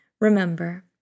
Remember